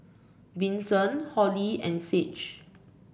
Vinson Holli and Sage